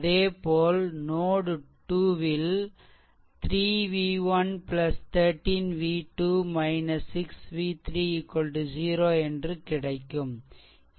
அதேபோல் நோட் 2 ல் 3 v1 13 v2 6 v3 0 என்று கிடைக்கும் இது ஈக்வேசன்2